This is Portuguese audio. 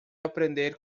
aprender